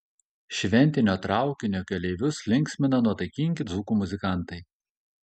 šventinio traukinio keleivius linksmina nuotaikingi dzūkai muzikantai